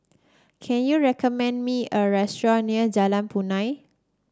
can you recommend me a restaurant near Jalan Punai